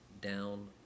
down